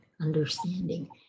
understanding